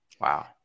Wow